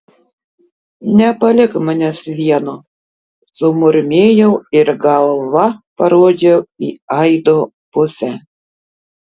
nepalik manęs vieno sumurmėjau ir galva parodžiau į aido pusę